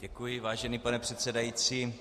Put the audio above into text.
Děkuji, vážený pane předsedající.